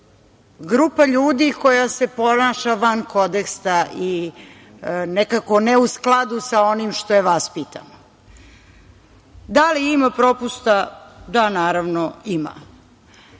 grupa ljudi koja se ponaša van kodeksa i nekako ne u skladu sa onim što je vaspitano. Da li ima propusta? Da, naravno, ima.